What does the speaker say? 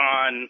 on